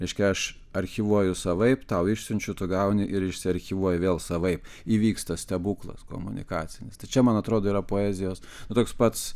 reiškia aš archyvuoju savaip tau išsiunčiau tu gauni ir išsiarchyvuoji vėl savaip įvyksta stebuklas komunikacinis tai čia man atrodo yra poezijos toks pats